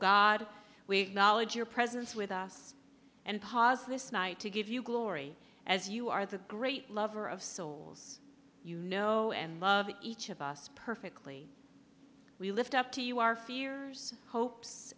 god we knowledge your presence with us and pause this night to give you glory as you are the great lover of souls you know and love each of us perfectly we lift up to you our fears hopes